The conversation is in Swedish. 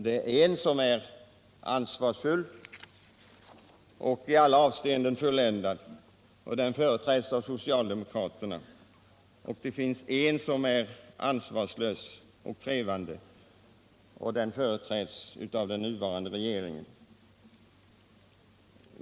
Det finns en som är ansvarsfull och i alla avseenden fulländad, och den företräds av socialdemokraterna. Och det finns en som är ansvarslös och trevande, och den företräds av den nya regeringen.